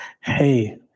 hey